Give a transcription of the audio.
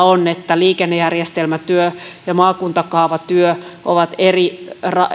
on että liikennejärjestelmätyö ja maakuntakaavatyö ovat eri